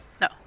No